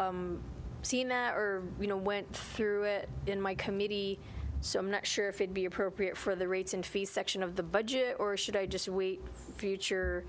have seen a or you know went through it in my committee so i'm not sure if it be appropriate for the rates and fees section of the budget or should i just wait future